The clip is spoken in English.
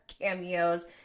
cameos